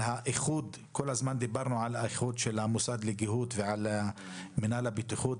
כל הזמן דיברנו על האיחוד של המוסד לגהות ושל מינהל הבטיחות.